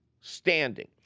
standing